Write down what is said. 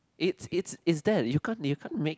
it's it's there you can't you can't make